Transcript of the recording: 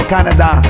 Canada